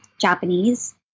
Japanese